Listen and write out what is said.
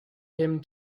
him